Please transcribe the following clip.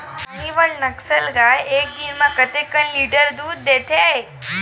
साहीवल नस्ल गाय एक दिन म कतेक लीटर दूध देथे?